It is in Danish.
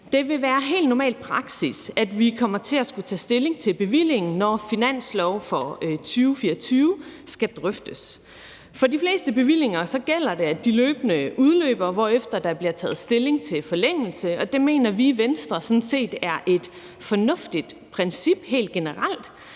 Det vil være helt normal praksis, at vi kommer til at skulle tage stilling til bevillingen, når finansloven for 2024 skal drøftes. For de fleste bevillinger gælder det, at de løbende udløber, hvorefter der bliver taget stilling til en forlængelse, og det mener vi i Venstre sådan set helt generelt er et fornuftigt princip. Det sikrer,